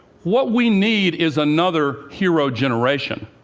what we need is another hero generation.